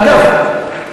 אגב,